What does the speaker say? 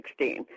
2016